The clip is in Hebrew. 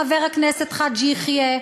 חבר הכנסת חאג' יחיא,